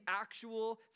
actual